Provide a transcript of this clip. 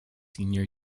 senior